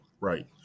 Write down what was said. right